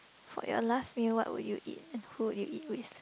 for your last meal what would you eat and who you eat with